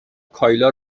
کایلا